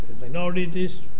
minorities